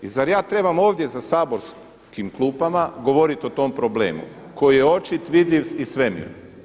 I zar ja trebam ovdje za saborskim klupama govorit o tom problemu koji je očit, vidljiv iz svemira.